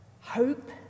hope